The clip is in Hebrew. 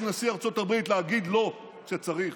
נגד נשיא ארצות הברית, להגיד לא, כשצריך.